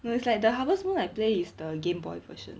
no it's like the harvest moon I play is the game boy version